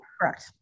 correct